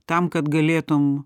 tam kad galėtum